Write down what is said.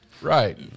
Right